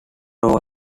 all